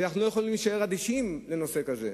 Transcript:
אנחנו לא יכולים להישאר אדישים לנושא הזה.